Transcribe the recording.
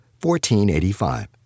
1485